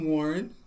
Warren